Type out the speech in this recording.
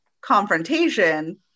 confrontation